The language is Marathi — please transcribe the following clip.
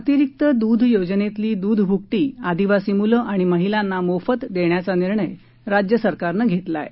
अतिरिक्त दूध योजनेतली दूध भुकटी आदिवासी मुलं आणि महिलांना मोफत देण्याचा निर्णय राज्य सरकारनं घेतला आहे